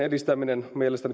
edistäminen